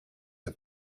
out